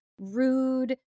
rude